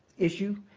issue,